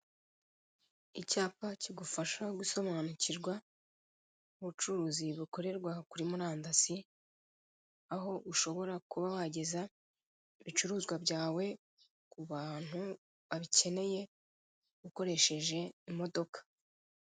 Icyapa kigufasha gusobanukirwa ubucuruzi bukorerwa kuri murandasi, aho ushobora kuba wageza ibicuruzwa byawe ku bantu babikeneye, ukoresheje imodoka.